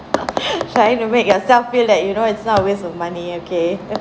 trying to make yourself feel that you know it's not a waste of money okay